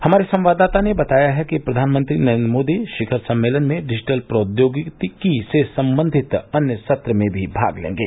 हमारे संवाददाता ने बताया है कि प्रधानमंत्री नरेन्द्र मोदी शिखर सम्मेलन में डिजिटल प्रौद्योगिकी से संबंधित अन्य सत्र में भी भाग लेंगे